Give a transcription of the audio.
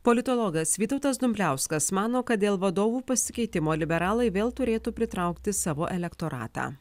politologas vytautas dumbliauskas mano kad dėl vadovų pasikeitimo liberalai vėl turėtų pritraukti savo elektoratą